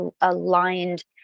aligned